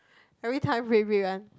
everytime red red one